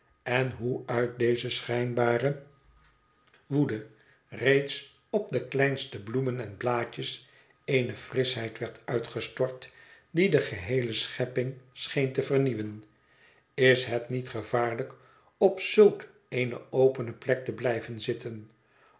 en hoe uit deze schijnbare woede reeds op de kleinste bloemen en blaadjes eene frischheid werd uitgestort die de geheele schepping scheen te vernieuwen is het niet gevaarlijk op zulk eene opene plek te blijven zitten